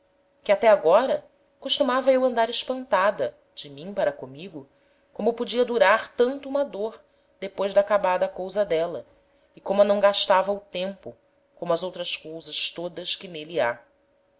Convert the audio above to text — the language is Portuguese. que até agora costumava eu andar espantada de mim para comigo como podia durar tanto uma dôr depois d'acabada a causa d'éla e como a não gastava o tempo como as outras cousas todas que n'êle ha